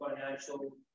financial